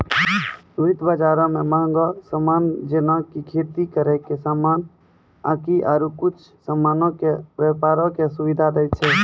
वित्त बजारो मे मंहगो समान जेना कि खेती करै के समान आकि आरु कुछु समानो के व्यपारो के सुविधा दै छै